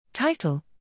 Title